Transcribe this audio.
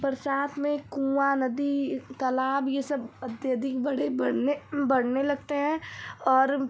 बरसात में कुआँ नदी तालाब ये सब अत्यधिक बड़े बढ़ने बढ़ने लगते हैं और